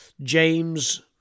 James